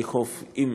לאכוף אם